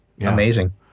Amazing